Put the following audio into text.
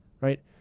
right